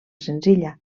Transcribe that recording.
senzilla